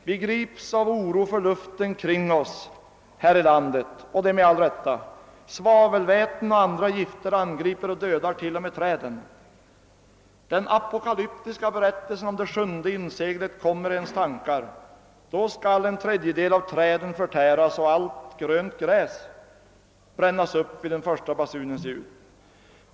Vi grips av oro för luften kring oss i vårt land. Svavelväten och andra gifter angriper och dödar t.o.m. träden. Den apokalyptiska berättelsen om det sjunde inseglet kommer i ens tankar — då skall en tredjedel av träden förtäras och »allt grönt gräs» brännas upp vid den första basunens ljud.